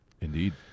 Indeed